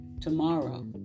tomorrow